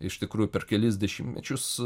iš tikrųjų per kelis dešimtmečius